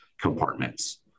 compartments